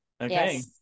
okay